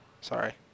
Sorry